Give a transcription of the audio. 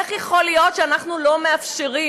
איך יכול להיות שאנחנו לא מאפשרים?